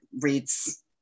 reads